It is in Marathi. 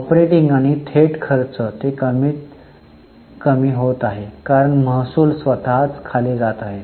ऑपरेटिंग आणि थेट खर्च ते कमी होत आहेत कारण महसूल स्वतःच खाली जात आहे